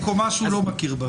זאת קומה שהוא לא מכיר בה.